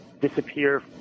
disappear